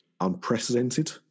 unprecedented